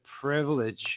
privilege